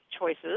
choices